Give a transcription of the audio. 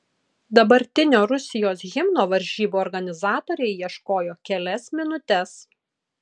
dabartinio rusijos himno varžybų organizatoriai ieškojo kelias minutes